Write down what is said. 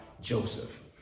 Joseph